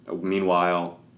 meanwhile